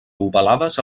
ovalades